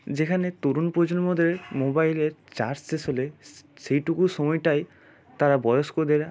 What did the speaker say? যেখানে তরুণ প্রজন্মদের মোবাইলের চার্জ শেষ হলে সেইটুকু সময়টাই তারা বয়স্কদের